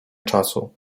czasu